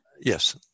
Yes